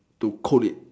to code it